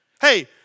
Hey